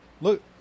look